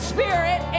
Spirit